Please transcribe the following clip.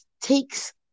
takes